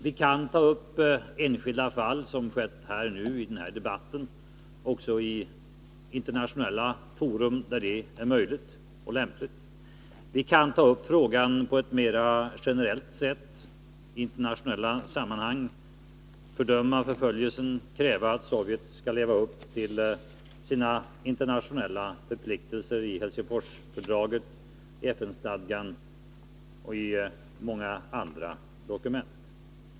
Vi kan ta upp enskilda fall, som har skett nu i den här debatten, också i internationella forum där det är möjligt och lämpligt. Vi kan ta upp frågan på ett mera generellt sätt i internationella sammanhang: fördöma förföljelse, kräva att Sovjet skall leva upp till sina internationella förpliktelser i Helsingforsfördraget, FN-stadgan och i många andra dokument.